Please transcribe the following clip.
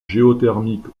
géothermique